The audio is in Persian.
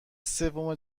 سوم